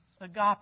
agape